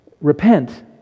repent